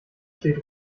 steht